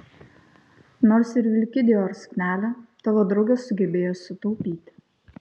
nors ir vilki dior suknelę tavo draugas sugebėjo sutaupyti